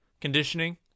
conditioning